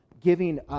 giving